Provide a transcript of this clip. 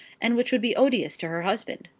and which would be odious to her husband.